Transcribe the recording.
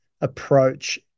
approach